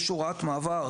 יש הוראת מעבר"